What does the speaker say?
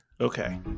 Okay